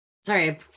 Sorry